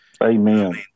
Amen